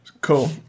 Cool